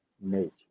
nature